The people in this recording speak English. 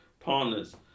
Partners